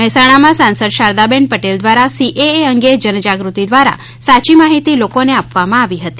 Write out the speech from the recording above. મહેસાણામાં પણ સાંસદ શારદાબેન પટેલ દ્વારા સીએએ અંગે જનજાગૃતિ દ્વારા સાચી માહિતી લોકોને આપવામાં આવી હતી